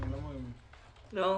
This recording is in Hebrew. לא.